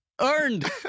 earned